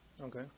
okay